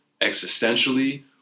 existentially